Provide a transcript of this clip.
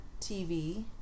TV